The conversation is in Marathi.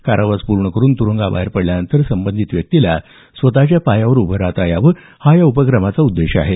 कारावास पूर्ण करून तुरुंगाबाहेर पडल्यावर संबंधित व्यक्तीला स्वतच्या पायावर उभं राहाता यावं हा या उपक्रमाचा उद्देश आहे